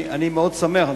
אני מאוד שמח.